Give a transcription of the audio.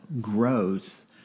growth